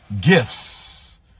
gifts